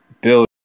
build